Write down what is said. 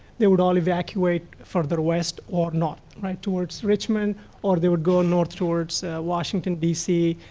they would all evacuate further west or not right towards richmond or they would go north towards washington d c.